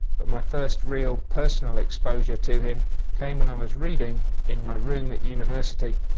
but my first real personal exposure to him came when i was reading in my room at university.